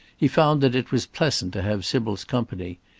he found that it was pleasant to have sybil's company.